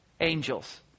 Angels